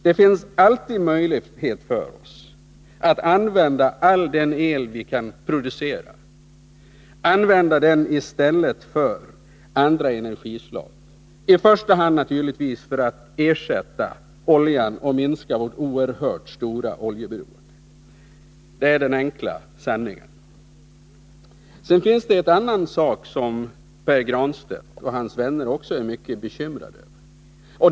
Det finns alltid möjlighet för oss att använda all den el vi kan producera, använda den i stället för andra energislag, i första hand naturligtvis för att ersätta oljan och minska vårt oerhört stora oljeberoende. Det är den enkla sanningen. Sedan finns det en annan sak som Pär Granstedt och hans vänner är mycket bekymrade över.